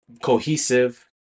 cohesive